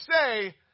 say